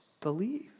believe